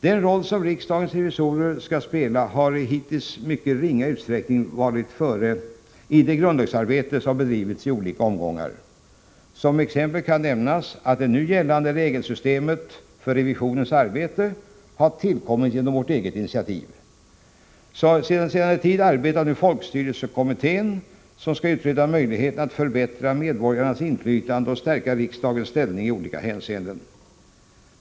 Den roll som riksdagens revisorer skall spela har hittills i mycket ringa utsträckning varit före i det grundlagsarbete som bedrivits i olika omgångar. Som exempel kan nämnas att det nu gällande regelsystemet för revisionens arbete har tillkommit genom vårt eget initiativ. Sedan en tid arbetar nu folkstyrelsekommittén, som skall utreda möjligheterna att förbättra medborgarnas inflytande och stärka riksdagens ställning i olika hänseenden.